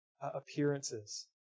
appearances